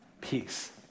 Peace